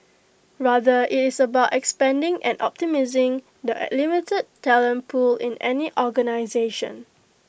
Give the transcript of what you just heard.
rather IT is about expanding and optimising the limited talent pool in any organisation